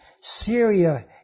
Syria